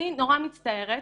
אני נורא מצטערת,